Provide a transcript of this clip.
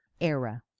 era